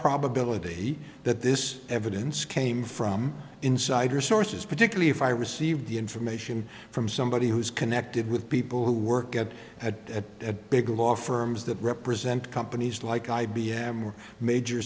probability that this evidence came from insider sources particularly if i received the information from somebody who's connected with people who work at a big law firms that represent companies like i b m or major